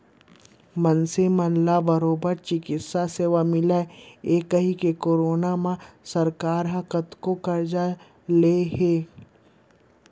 मनसे मन ला बरोबर चिकित्सा सेवा मिलय कहिके करोना म सरकार ह कतको करजा ले हे